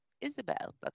Isabel